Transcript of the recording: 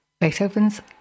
Beethoven's